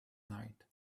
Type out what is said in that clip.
night